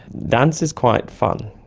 dance is quite fun,